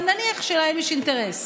אבל נניח שלהם יש אינטרס.